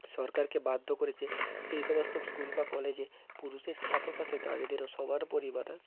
সরকারকে বাধ্য করেছে সেই সমস্ত স্কুল বা কলেজে পুরুষের সাথে সাথে নারীদেরও সমান পরিমাণে